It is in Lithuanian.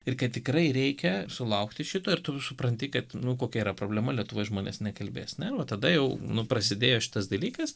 ir kad tikrai reikia sulaukti šito ir tu supranti kad nu kokia yra problema lietuvos žmonės nekalbės tada jau nu prasidėjo šitas dalykas